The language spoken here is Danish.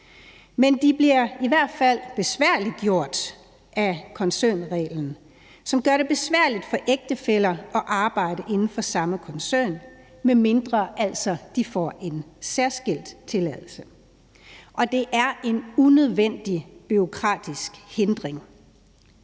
men det bliver i hvert fald besværliggjort af koncernreglen, som gør det besværligt for ægtefæller at arbejde inden for samme koncern, medmindre de altså får en særskilt tilladelse. Det er en unødvendig bureaukratisk hindring.